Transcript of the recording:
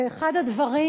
ואחד הדברים